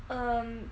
um